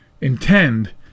intend